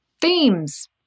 themes